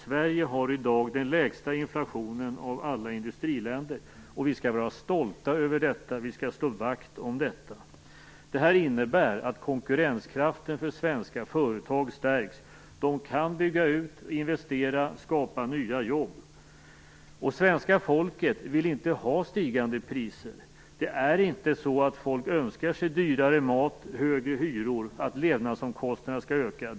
Av alla industriländer är Sverige det land som i dag har den lägsta inflationen. Vi skall vara stolta över detta och slå vakt om detta. Det här innebär att konkurrenskraften för svenska företag stärks. De kan bygga ut, investera och skapa nya jobb. Svenska folket vill inte ha stigande priser. Folk önskar sig inte dyrare mat och högre hyror eller att levnadsomkostnaderna ökar.